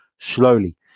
slowly